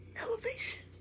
Elevation